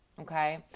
okay